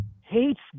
hates